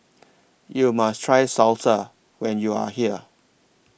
YOU must Try Salsa when YOU Are here